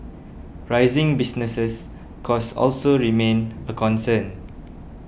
rising business costs also remain a concern